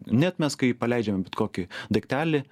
net mes kai paleidžiame bet kokį daiktelį